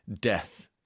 death